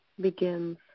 begins